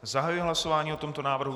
Zahajuji hlasování o tomto návrhu.